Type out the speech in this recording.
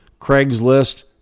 Craigslist